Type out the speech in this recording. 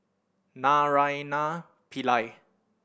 Naraina Pillai